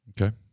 Okay